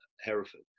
Hereford